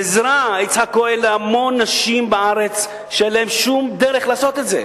זו עזרה להמון נשים בארץ שאין להן שום דרך לעשות את זה.